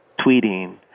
tweeting